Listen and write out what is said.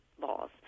laws